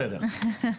בסדר.